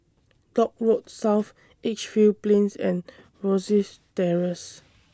Dock Road South Edgefield Plains and Rosyth Terrace